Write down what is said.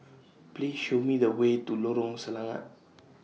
Please Show Me The Way to Lorong Selangat